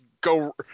go